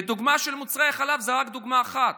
והדוגמה של מוצרי החלב זו רק דוגמה אחת.